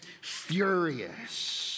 furious